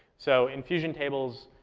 so in fusion tables,